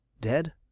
Dead